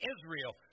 Israel